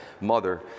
mother